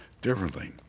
differently